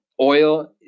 Oil